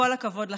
כל הכבוד לכן,